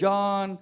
John